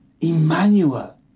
Emmanuel